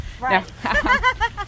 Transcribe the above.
Right